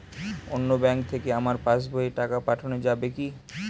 অন্য ব্যাঙ্ক থেকে আমার পাশবইয়ে টাকা পাঠানো যাবে কি?